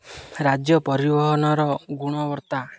ରାଜ୍ୟ ପରିବହନର ଗୁଣବତ୍ତା